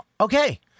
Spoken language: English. Okay